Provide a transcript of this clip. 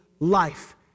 life